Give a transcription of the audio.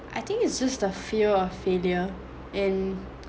I think it's just a fear of failure and